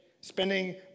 spending